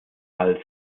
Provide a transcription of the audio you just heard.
als